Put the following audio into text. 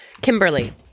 kimberly